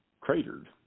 cratered